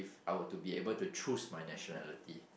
if I would to be able to choose my nationality